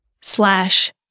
slash